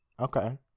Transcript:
Okay